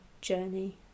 journey